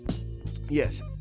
Yes